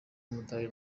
w’umudage